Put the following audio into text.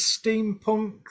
steampunk